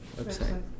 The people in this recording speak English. website